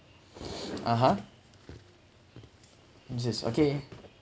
(uh huh) just okay